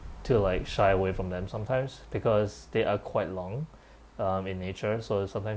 to like shy away from them sometimes because they are quite long um in nature so sometimes